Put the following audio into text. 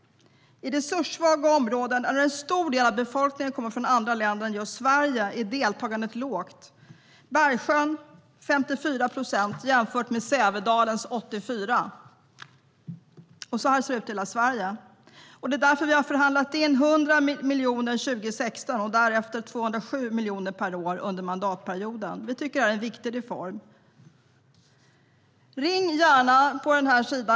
I resurssvaga områden, där en stor av befolkningen kommer från andra länder än just Sverige, är deltagandet lågt. I Bergsjön är det 54 procent, jämfört med Sävedalens 84 procent. Så här ser det ut i hela Sverige. Det är därför vi har förhandlat in 100 miljoner 2016 och därefter 207 miljoner per år under mandatperioden. Vi tycker att det här är en viktig reform.